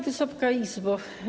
Wysoka Izbo!